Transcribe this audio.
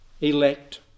elect